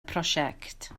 prosiect